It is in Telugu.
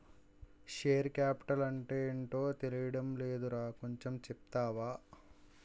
షేర్ కాపిటల్ అంటేటో తెలీడం లేదురా కొంచెం చెప్తావా?